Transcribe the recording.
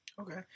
Okay